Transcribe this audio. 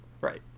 Right